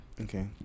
Okay